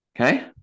Okay